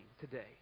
today